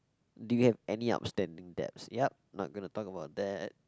do you have any outstanding debts yup I'm not gonna talk about that